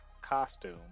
costume